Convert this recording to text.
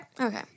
Okay